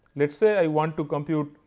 let us say i want to compute